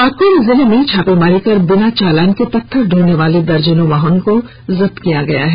पाकुड़ जिले में छापेमारी कर बिना चालान के पत्थर ढोनेवाले दर्जनों वाहनों को जब्त किया गया है